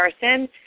person